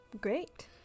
Great